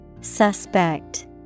Suspect